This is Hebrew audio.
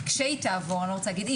וכשהיא תעבור אני לא רוצה להגיד אם,